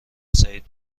سعید